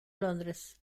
londres